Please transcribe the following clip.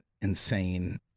insane